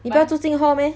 你不要住进 hall meh